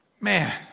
Man